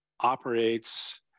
operates